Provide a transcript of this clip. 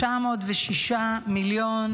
906 מיליון